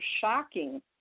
shocking